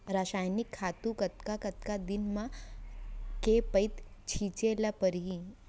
रसायनिक खातू कतका कतका दिन म, के पइत छिंचे ल परहि?